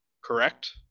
Correct